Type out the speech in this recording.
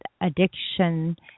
addiction